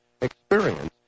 experience